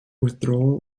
withdrawal